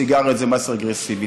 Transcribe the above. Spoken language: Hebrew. סיגריות זה מס רגרסיבי,